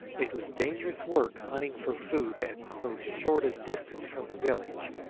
it was dangerous work hunting for food at so short a distance from the village,